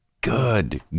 Good